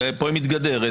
פה היא מתגדרת.